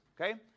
Okay